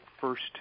first